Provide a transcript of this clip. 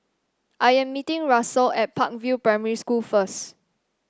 I am meeting Russell at Park View Primary School first